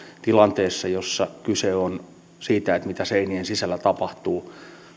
tilanteessa jossa kyse on siitä mitä seinien sisällä tapahtuu